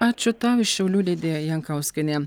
ačiū tau iš šiaulių lidija jankauskienė